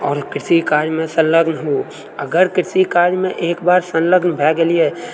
आओर कृषि कार्यमे सङलग्न होउ अगर कृषि कार्यमे एकबार सङलग्न भए गेलिऐ